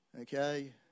Okay